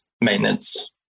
maintenance